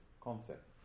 concept